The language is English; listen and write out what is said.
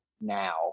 now